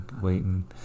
waiting